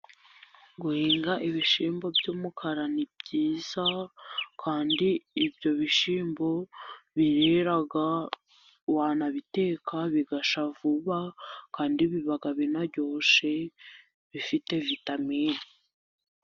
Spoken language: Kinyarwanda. Guhinga ibishyimbo by'umukara ni byiza, kandi ibyo bishyimbo birera wanabiteka bigasha vuba, kandi biba binaryoshye bifite vitamini.